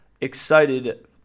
excited